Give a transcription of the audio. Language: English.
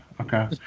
okay